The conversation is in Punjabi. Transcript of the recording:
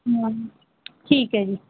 ਠੀਕ ਹੈ ਜੀ